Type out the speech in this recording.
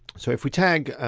so if we tag,